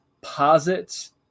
posits